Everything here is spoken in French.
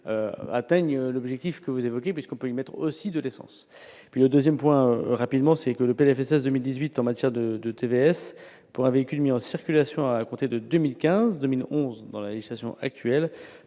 atteignent l'objectif que vous évoquez, puisqu'on peut y mettre aussi, de l'essence et puis le 2ème point rapidement, c'est que le PLFSS 2018 en matière de de TVS pourra véhicules mis en circulation à compter de 2015, 2011 dans la législation actuelle,